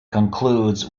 concludes